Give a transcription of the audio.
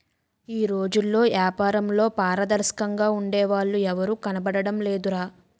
ఈ రోజుల్లో ఏపారంలో పారదర్శకంగా ఉండే వాళ్ళు ఎవరూ కనబడడం లేదురా